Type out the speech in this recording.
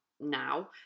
now